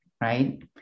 right